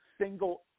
single